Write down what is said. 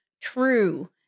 true